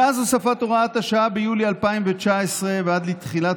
מאז הוספת הוראת השעה ביולי 2019 ועד לתחילת